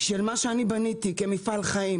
של מה שאני בניתי כמפעל חיים